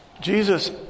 Jesus